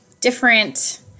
different